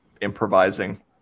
improvising